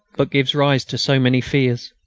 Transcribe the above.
but gives rise to so many fears.